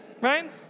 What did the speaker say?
Right